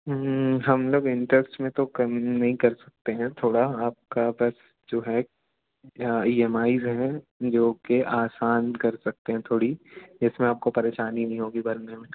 हम लोग इंट्रेस्ट में तो कमी नहीं कर सकते हैं थोड़ा आपका बस जो है ई एम आईज़ हैं जो के आसान कर सकते हैं थोड़ी इसमें आपको परेशानी नहीं होगी भरने में